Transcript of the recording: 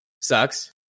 sucks